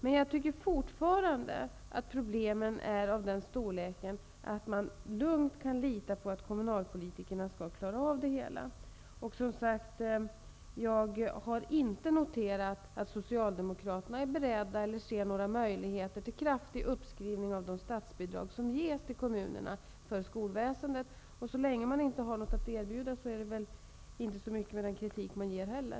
Men jag anser fortfarande att problemen är av den storleken att man lugnt kan lita på att kommunalpolitikerna skall kunna klara av det hela. Som jag sade tidigare har jag inte kunnat notera att Socialdemokraterna föreslagit eller är beredda att förorda någon kraftig uppskrivning av statsbidraget till kommunerna för skolväsendet. Så länge man inte har någonting att erbjuda, är det väl inte så mycket bevänt med kritiken heller.